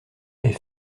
est